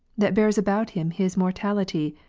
that bears about him his mortality,